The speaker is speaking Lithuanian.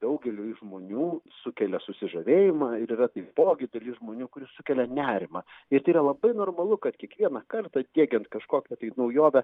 daugeliui žmonių sukelia susižavėjimą ir yra taipogi dalis žmonių kuri sukelia nerimą ir yra labai normalu kad kiekvieną kartą tiekiant kažkokią tai naujovę